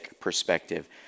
perspective